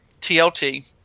TLT